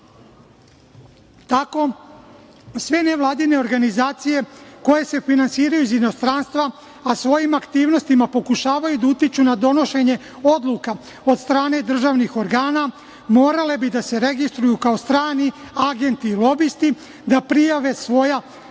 Tako sve nevladine organizacije koje se finansiraju iz inostranstva, a svojim aktivnostima pokušavaju da utiču na donošenje odluka od strane državnih organa morale bi da se registruju kao strani agenti i lobisti, da prijave svoja